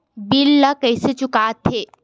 bill ला कइसे चुका थे